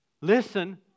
Listen